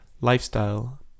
lifestyle